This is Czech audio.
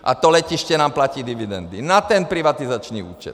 A to letiště nám platí dividendy na ten privatizační účet.